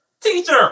teacher